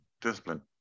discipline